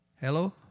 Hello